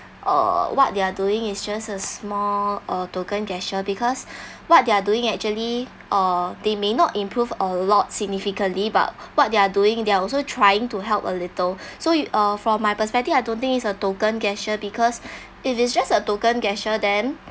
err what they're doing is just a small or token gesture because what they're doing actually uh they may not improve a lot significantly but what they're doing they're also trying to help a little so you uh from my perspective I don't think is a token gesture because if it's just a token gesture then